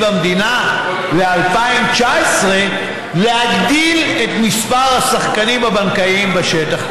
המדינה ל-2019 להגדיל את מספר השחקנים הבנקאיים בשטח,